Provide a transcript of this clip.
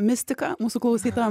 mistika mūsų klausytojam